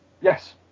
Yes